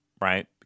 right